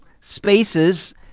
spaces